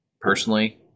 personally